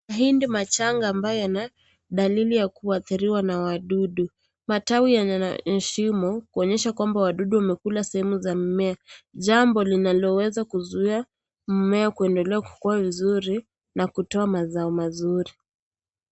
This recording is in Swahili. Mahindi machanga ambayo yana dalili ya kuathiriwa na wadudu. Matawi yana shimo kuonyesha kwamba wadudu wamekula sehemu za mimea. Jambo linaloweza kuzuia mimea kuendelea kukua vizuri na kutoa mazao mazuri.